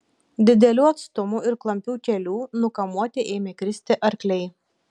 didelių atstumų ir klampių kelių nukamuoti ėmė kristi arkliai